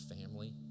family